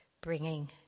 bringing